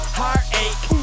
heartache